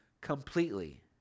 completely